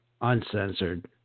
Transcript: uncensored